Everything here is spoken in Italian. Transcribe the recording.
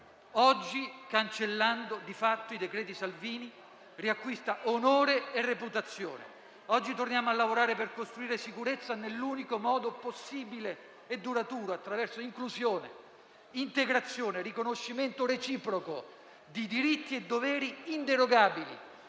Oggi, cancellando di fatto i decreti Salvini, riacquista onore e reputazione. Oggi torniamo a lavorare per costruire sicurezza nell'unico modo possibile e duraturo attraverso inclusione, integrazione, riconoscimento reciproco di diritti e doveri inderogabili